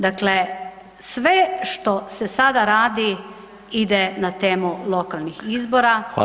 Dakle, sve što se sada radi ide na temu lokalnih izbora.